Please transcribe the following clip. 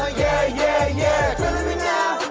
ah yeah yeah yeah